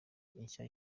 ishya